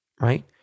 right